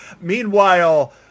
Meanwhile